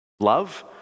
Love